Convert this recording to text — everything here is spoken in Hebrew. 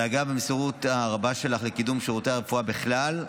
הדאגה והמסירות הרבה שלך לקידום שירותי הרפואה בכלל,